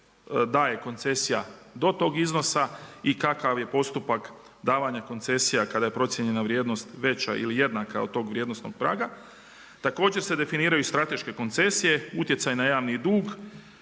daje koncesija do tog iznosa, i kakav je postupak davanja koncesija kada je procijenjena vrijednost veća ili jednaka od tog vrijednosnog praga. Također se definiraju strateške koncesije, utjecaj na javni dug,